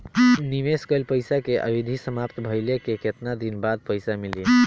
निवेश कइल पइसा के अवधि समाप्त भइले के केतना दिन बाद पइसा मिली?